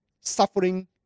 suffering